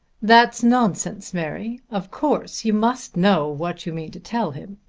that's nonsense, mary. of course you must know what you mean to tell him.